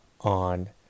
on